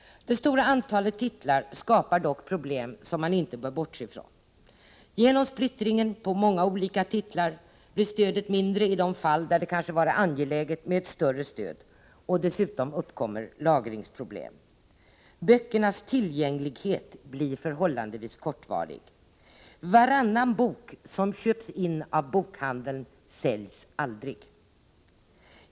Det stora antalet titlar skapar dock problem som man inte bör bortse från. Genom splittringen på många olika titlar blir stödet mindre i de fall där det kanske varit angeläget med ett större stöd och dessutom uppkommer lagringsproblem. Böckernas tillgänglighet blir förhållandevis kortvarig. Varannan bok som köps in av bokhandeln säljs aldrig.